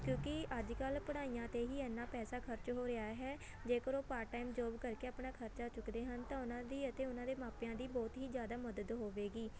ਕਿਉਂਕਿ ਅੱਜ ਕੱਲ੍ਹ ਪੜ੍ਹਾਈਆਂ 'ਤੇ ਹੀ ਇੰਨਾਂ ਪੈਸਾ ਖਰਚ ਹੋ ਰਿਹਾ ਹੈ ਜੇਕਰ ਉਹ ਪਾਰਟ ਟਾਈਮ ਜੋਬ ਕਰਕੇ ਆਪਣਾ ਖਰਚਾ ਚੁੱਕਦੇ ਹਨ ਤਾਂ ਉਹਨਾਂ ਦੀ ਅਤੇ ਉਹਨਾਂ ਦੇ ਮਾਪਿਆਂ ਦੀ ਬਹੁਤ ਹੀ ਜ਼ਿਆਦਾ ਮਦਦ ਹੋਵੇਗੀ